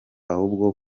ahubwo